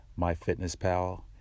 MyFitnessPal